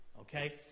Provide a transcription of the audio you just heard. Okay